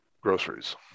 Groceries